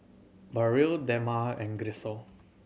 Burrell Dema and Grisel